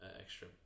extra